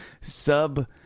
sub